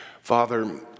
Father